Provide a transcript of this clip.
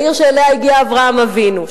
העיר שאליה הגיע אברהם אבינו,